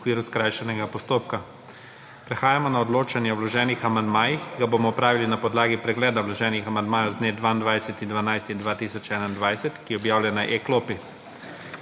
v okviru skrajšanega postopka.** Prehajamo na odločanje o vloženih amandmajih, ki ga bomo opravili na podlagi pregleda vloženih amandmajev z dne 22. 12. 2021, ki je objavljen na e-klopi.